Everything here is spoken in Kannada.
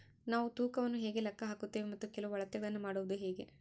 ನಾವು ತೂಕವನ್ನು ಹೇಗೆ ಲೆಕ್ಕ ಹಾಕುತ್ತೇವೆ ಮತ್ತು ಕೆಲವು ಅಳತೆಗಳನ್ನು ಮಾಡುವುದು ಹೇಗೆ?